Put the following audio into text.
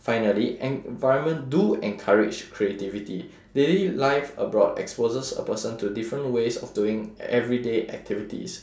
finally environment do encourage creativity daily life abroad exposes a person to different ways of doing everyday activities